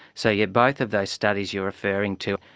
so yeah both of those studies you are referring to,